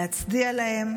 להצדיע להם,